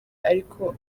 ariko